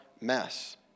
mess